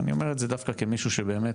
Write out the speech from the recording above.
אני אומר את זה דווקא כמישהו שבאמת,